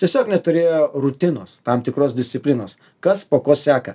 tiesiog neturėjo rutinos tam tikros disciplinos kas po ko seka